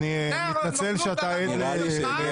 אני מתנצל שאתה עד לוויכוח כזה.